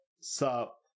sup